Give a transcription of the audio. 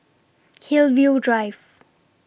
Hillview Drive